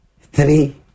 three